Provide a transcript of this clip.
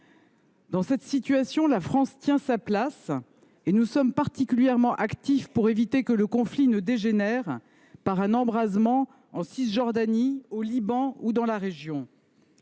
Dans cette situation, la France tient sa place, et nous sommes particulièrement actifs pour éviter que le conflit ne dégénère, avec un embrasement en Cisjordanie, au Liban ou ailleurs dans la région.